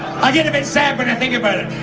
i get a bit sad when i think about it.